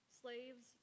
slaves